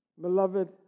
Beloved